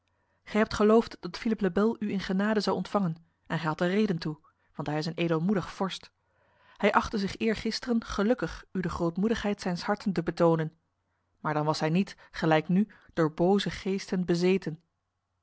gij hebt geloofd dat philippe le bel u in genade zou ontvangen en gij hadt er reden toe want hij is een edelmoedig vorst hij achtte zich eergisteren gelukkig u de grootmoedigheid zijns harten te betonen maar dan was hij niet gelijk nu door boze geesten bezeten